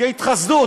כהתחסדות.